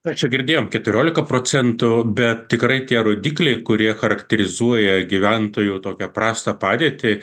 na čia girdėjom keturiolika procentų bet tikrai tie rodikliai kurie charakterizuoja gyventojų tokią prastą padėtį